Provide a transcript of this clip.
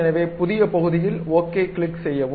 எனவே புதிய பகுதியில் ஓகே க்லிக் செய்யவும்